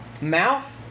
mouth